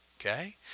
Okay